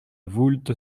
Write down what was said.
voulte